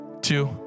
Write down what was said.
two